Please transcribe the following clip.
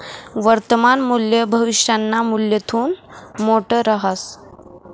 वर्तमान मूल्य भविष्यना मूल्यथून मोठं रहास